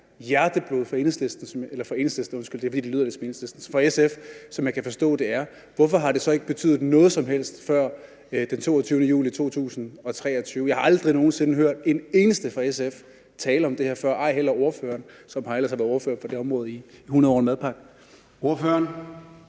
hjerteblod for SF, som jeg kan forstå det er, hvorfor har det så ikke betydet noget som helst før den 22. juli 2023? Jeg har aldrig nogen sinde hørt en eneste fra SF tale om det her før, ej heller ordføreren, som ellers har været ordfører for det område i hundrede år og en